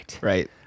right